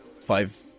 five